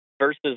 versus